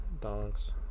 dog's